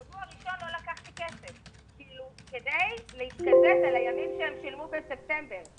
שבוע ראשון לא לקחתי כסף כדי להתקזז על הימים שהם שילמו בספטמבר,